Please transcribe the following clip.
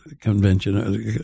convention